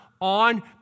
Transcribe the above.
on